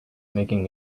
making